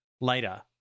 later